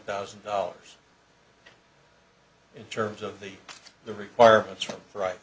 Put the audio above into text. thousand dollars in terms of the requirements right